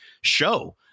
show